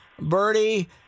birdie